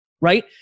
right